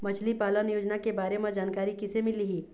मछली पालन योजना के बारे म जानकारी किसे मिलही?